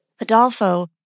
Adolfo